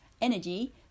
energy